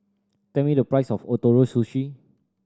tell me the price of Ootoro Sushi